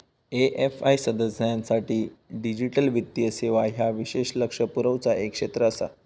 AFI सदस्यांसाठी digital वित्तीय सेवा ह्या विशेष लक्ष पुरवचा एक क्षेत्र आसा